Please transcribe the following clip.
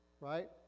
Right